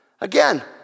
Again